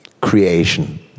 creation